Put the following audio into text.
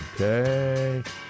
Okay